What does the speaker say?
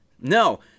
No